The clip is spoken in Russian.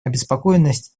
обеспокоенность